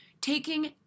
Taking